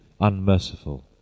UNMERCIFUL